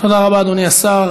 תודה רבה, אדוני השר.